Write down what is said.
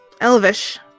Elvish